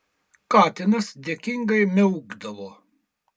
katinas dėkingai miaukdavo